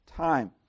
time